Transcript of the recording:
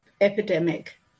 epidemic